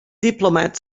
diplomat